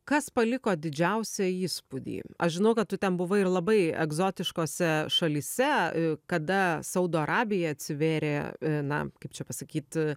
kas paliko didžiausią įspūdį aš žinau kad tu ten buvai ir labai egzotiškose šalyse kada saudo arabija atsivėrė na kaip čia pasakyt